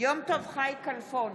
יום טוב חי כלפון,